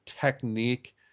technique